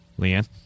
Leanne